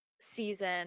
season